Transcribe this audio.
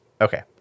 okay